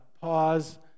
pause